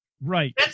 Right